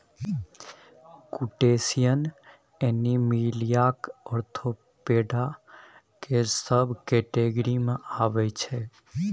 crustacean एनीमिलियाक arthropoda केर सब केटेगिरी मे अबै छै